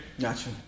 gotcha